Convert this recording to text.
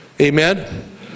Amen